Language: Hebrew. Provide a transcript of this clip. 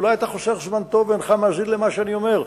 אולי אתה חוסך זמן טוב ואינך מאזין למה שאני אומר,